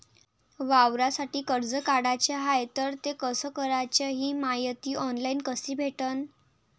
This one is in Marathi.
वावरासाठी कर्ज काढाचं हाय तर ते कस कराच ही मायती ऑनलाईन कसी भेटन?